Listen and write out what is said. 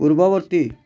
ପୂର୍ବବର୍ତ୍ତୀ